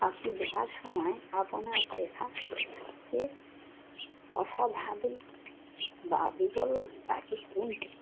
পাখি দেখার সময় আপনার দেখা সবচেয়ে অস্বাভাবিক বা বিরল পাখি কোনটি